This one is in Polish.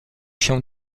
się